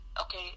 okay